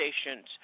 stations –